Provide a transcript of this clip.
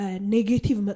negative